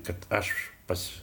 kad aš pats